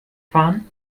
fahren